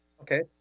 Okay